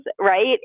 right